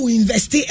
invest